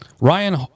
ryan